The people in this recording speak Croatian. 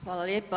Hvala lijepa.